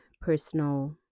personal